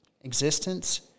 existence